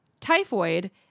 typhoid